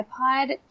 iPod